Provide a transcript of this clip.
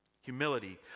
Humility